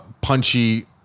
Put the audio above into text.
punchy